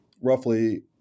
roughly